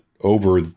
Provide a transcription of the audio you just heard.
over